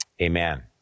Amen